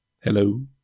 Hello